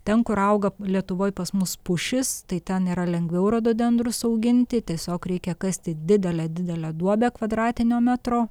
ten kur auga lietuvoj pas mus pušis tai ten yra lengviau rododendrus auginti tiesiog reikia kasti didelę didelę duobę kvadratinio metro